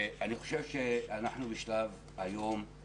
היום אנחנו בשלב של